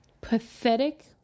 pathetic